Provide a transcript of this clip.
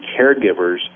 caregivers